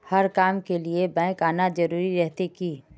हर काम के लिए बैंक आना जरूरी रहते की?